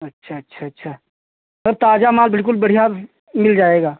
अच्छा अच्छा अच्छा और ताज़ा माल बिल्कुल बढ़िया मिल जाएगा